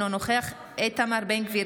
אינו נוכח איתמר בן גביר,